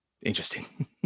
interesting